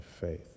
faith